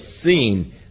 seen